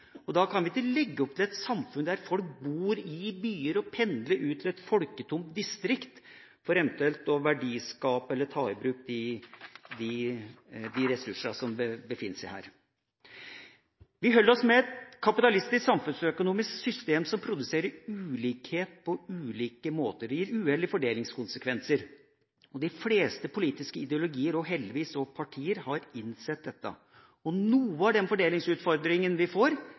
Da kan vi ikke legge opp til et samfunn der folk bor i byer og pendler ut til et folketomt distrikt for eventuelt å skape verdier eller ta i bruk de ressursene som befinner seg der. Vi holder oss med et kapitalistisk samfunnsøkonomisk system som produserer ulikhet på ulike måter, og det gir uheldige fordelingskonsekvenser. De fleste politiske ideologier – heldigvis også partier – har innsett dette. Noe av den fordelingsutfordringa vi får,